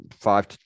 five